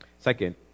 Second